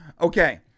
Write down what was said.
Okay